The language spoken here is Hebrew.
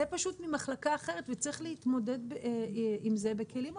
זה פשוט ממחלקה אחרת וצריך להתמודד עם זה בכלים אחרים.